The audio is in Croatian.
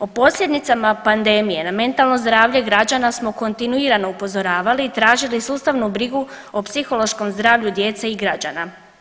O posljedicama pandemije na mentalno zdravlje građana smo kontinuirano upozoravali, tražili sustavnu brigu o psihološkom zdravlju djece i građana.